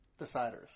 deciders